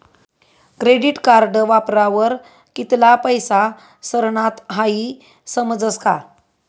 credit card वापरावर कित्ला पैसा सरनात हाई समजस का